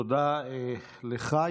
תודה לך.